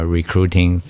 recruiting